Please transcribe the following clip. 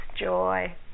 joy